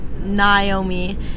Naomi